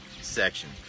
section